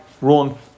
wrong